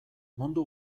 mundu